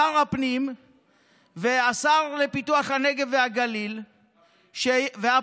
שר הפנים והשר לפיתוח הנגב והגליל והפריפריה,